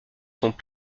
sont